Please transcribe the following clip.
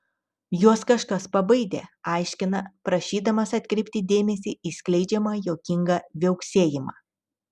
juos kažkas pabaidė aiškina prašydamas atkreipti dėmesį į skleidžiamą juokingą viauksėjimą